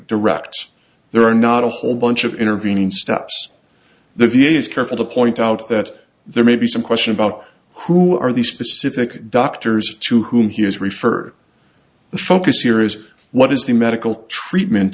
direct there are not a whole bunch of intervening stops the v a is careful to point out that there may be some question about who are these specific doctors to whom he has referred the focus here is what is the medical treatment